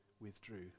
withdrew